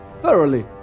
thoroughly